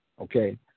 Okay